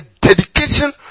dedication